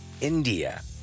India